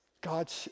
God